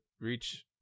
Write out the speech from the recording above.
reach